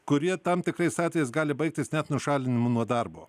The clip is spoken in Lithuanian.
kurie tam tikrais atvejais gali baigtis net nušalinimu nuo darbo